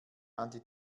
anti